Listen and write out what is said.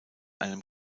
einem